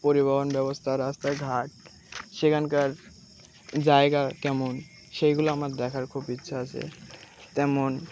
পরিবহন ব্যবস্থা রাস্তাঘাট সেখানকার জায়গা কেমন সেইগুলো আমার দেখার খুব ইচ্ছা আছে তেমন